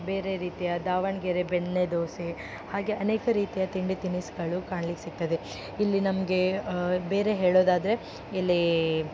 ಬೇರೆ ರೀತಿಯ ದಾವಣಗೆರೆ ಬೆಣ್ಣೆ ದೋಸೆ ಹಾಗೇ ಅನೇಕ ರೀತಿಯ ತಿಂಡಿ ತಿನಿಸುಗಳು ಕಾಣ್ಲಿಕ್ಕೆ ಸಿಕ್ತದೆ ಇಲ್ಲಿ ನಮಗೆ ಬೇರೆ ಹೇಳೋದಾದರೆ ಇಲ್ಲಿ